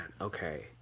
okay